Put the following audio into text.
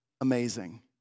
amazing